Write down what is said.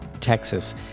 Texas